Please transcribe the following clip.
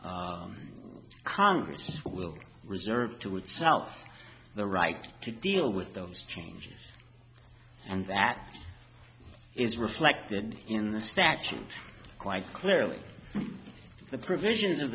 congress will reserve to itself the right to deal with those changes and that is reflected in the statute and quite clearly the provisions of